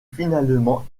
finalement